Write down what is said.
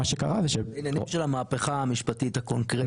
עניינים של המהפכה המשפטית הקונקרטית.